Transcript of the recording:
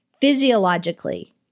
physiologically